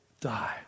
die